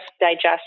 digest